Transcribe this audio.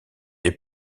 des